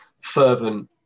fervent